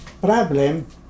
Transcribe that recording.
problem